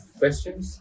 questions